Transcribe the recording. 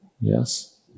yes